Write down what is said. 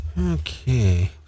okay